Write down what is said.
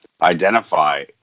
identify